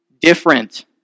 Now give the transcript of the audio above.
different